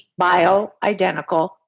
bioidentical